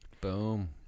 boom